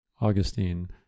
Augustine